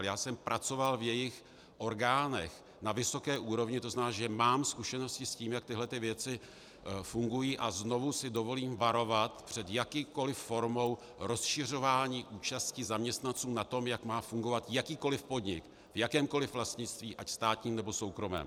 Já jsem pracoval v jejich orgánech na vysoké úrovni, to znamená, že mám zkušenosti s tím, jak tyhle věci fungují, a znovu si dovolím varovat před jakoukoliv formou rozšiřování účasti zaměstnanců na tom, jak má fungovat jakýkoliv podnik v jakémkoliv vlastnictví ať státním, nebo soukromém.